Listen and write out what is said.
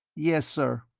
yes, sir,